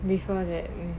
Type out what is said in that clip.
before that